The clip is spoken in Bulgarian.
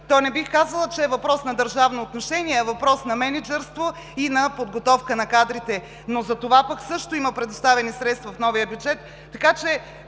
то не бих казала, че е въпрос на държавно отношение, а е въпрос на мениджърство и на подготовка на кадрите, но за това пък също има предоставени средства в новия бюджет,